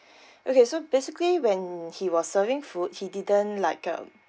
okay so basically when he was serving food he didn't like um